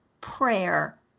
prayer